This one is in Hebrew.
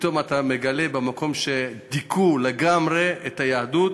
פתאום אתה מגלה שבמקום שדיכאו לגמרי את היהדות